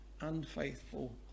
unfaithful